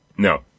No